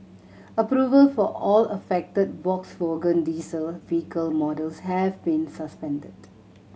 approval for all affected Volkswagen diesel vehicle models have been suspended